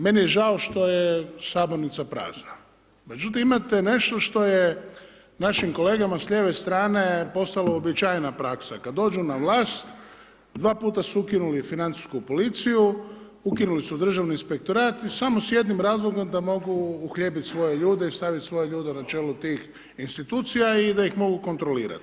Meni je žao što je sabornica prazna, međutim, imate nešto što je našim kolegama s lijeve strane postala uobičajena praksa, kada dođu na vlast, 2 puta su ukinuli financijsku policiju, ukinuli su državni inspektorat i samo s jednim razlogom, da mogu uhljebiti svoje ljude i staviti svoje ljude na čelu tih institucija i da ih mogu kontrolirati.